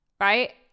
right